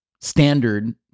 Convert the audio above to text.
standard